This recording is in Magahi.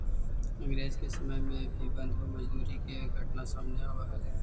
अंग्रेज के समय में भी बंधुआ मजदूरी के घटना सामने आवऽ हलइ